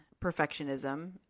perfectionism